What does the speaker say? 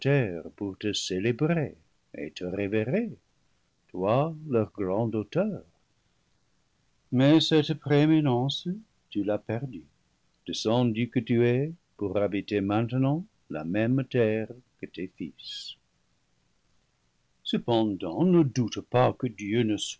pour te célébrer et te révérer toi leur grand auteur mais cette prééminence tu l'as perdue descendu que tu es pour habiter maintenant la même terre que tes fils cependant ne doute pas que dieu ne